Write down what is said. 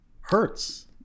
hurts